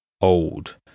old